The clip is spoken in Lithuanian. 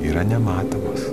yra nematomas